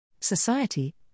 Society